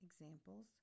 Examples